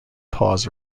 paws